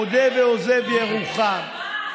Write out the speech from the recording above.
מודה ועוזב ירוחם,